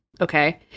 Okay